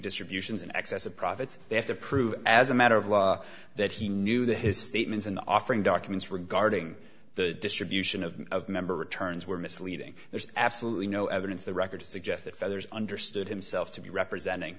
distributions in excess of profits they have to prove as a matter of law that he knew the his statements in offering documents regarding the distribution of of member returns were misleading there's absolutely no evidence the record to suggest that fathers understood himself to be representing